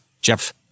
Jeff